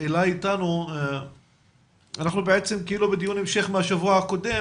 אנחנו בעצם כאילו בדיון המשך מהשבוע הקודם